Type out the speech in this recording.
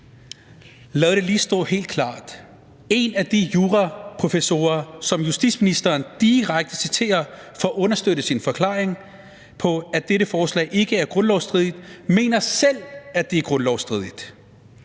lader det lige stå helt klart: En af de juraprofessorer, som justitsministeren direkte citerer for at understøtte sin forklaring på, at dette forslag ikke er grundlovsstridigt, mener selv, at det er grundlovsstridigt.